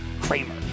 Kramer